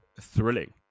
thrilling